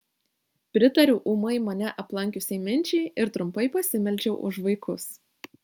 pritariau ūmai mane aplankiusiai minčiai ir trumpai pasimeldžiau už vaikus